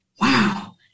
wow